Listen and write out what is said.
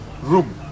room